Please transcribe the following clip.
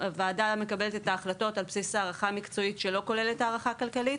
הוועדה מקבלת את ההחלטות על בסיס הערכה מקצועית שלא כוללת הערכה כלכלית.